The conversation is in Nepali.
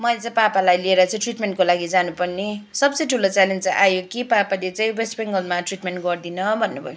मैले चाहिँ पापलाई लिएर चाहिँ ट्रिटमेन्टको लागि जानुपर्ने सबसे ठुलो चेलेन्ज आयो कि पापाले चाहिँ वेस्ट बेङ्गलमा ट्रिटमेन्ट गर्दिन भन्नु भयो